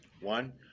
One